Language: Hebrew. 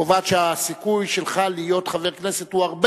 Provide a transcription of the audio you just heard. קובעת שהסיכוי שלך להיות חבר כנסת הוא הרבה